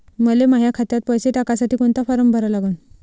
मले माह्या खात्यात पैसे टाकासाठी कोंता फारम भरा लागन?